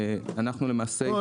אנחנו למעשה --- לא,